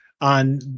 on